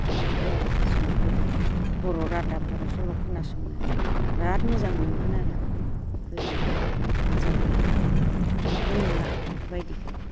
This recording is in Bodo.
इफोरबायदि आर' जों गोदो बर' रादाब बर' सल' खोनासंनो बिराद मोजां मोनोमोन आरो गोदोयैहाय जोंफोरो दाथ' नुला इफोरबायदिखो